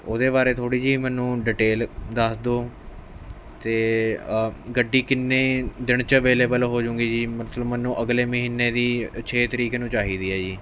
ਉਹਦੇ ਬਾਰੇ ਥੋੜ੍ਹੀ ਜਿਹੀ ਮੈਨੂੰ ਡਿਟੇਲ ਦੱਸ ਦਿਉ ਅਤੇ ਗੱਡੀ ਕਿੰਨੇ ਦਿਨ 'ਚ ਅਵੇਲੇਬਲ ਹੋ ਜਾਊਗੀ ਜੀ ਮਤਲਬ ਮੈਨੂੰ ਅਗਲੇ ਮਹੀਨੇ ਦੀ ਛੇ ਤਰੀਕ ਨੂੰ ਚਾਹੀਦੀ ਹੈ ਜੀ